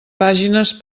pàgines